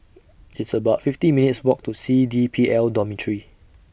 It's about fifty minutes' Walk to C D P L Dormitory